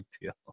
deal